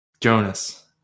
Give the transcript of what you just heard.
Jonas